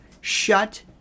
Shut